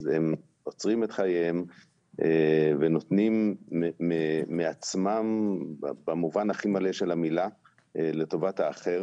הם עוצרים את חייהם ונותנים מעצמם במובן הכי מלא של המילה לטובת האחר.